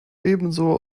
ebenso